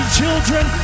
children